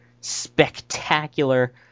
spectacular